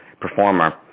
performer